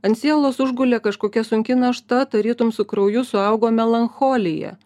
ant sielos užgulė kažkokia sunki našta tarytum su krauju suaugo melancholija